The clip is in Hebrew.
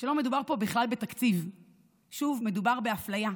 לא מדובר פה בכלל בתקציב ושוב מדובר באפליה.